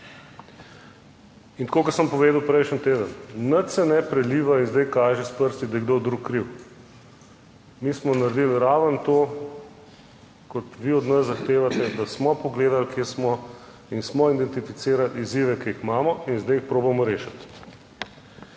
In tako kot sem povedal prejšnji teden, nič se ne preliva in zdaj kaže s prsti, da je kdo drug kriv. Mi smo naredili ravno to, kot vi od nas zahtevate, da smo pogledali, kje smo in smo identificirali izzive, ki jih imamo in zdaj jih probamo rešiti.